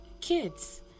kids